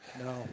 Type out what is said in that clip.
No